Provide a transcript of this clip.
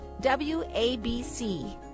WABC